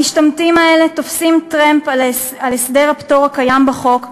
המשתמטים האלה תופסים טרמפ על הסדר הפטור הקיים בחוק,